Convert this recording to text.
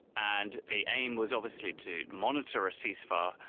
and the aim was obviously to monitor a ceasefire.